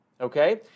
Okay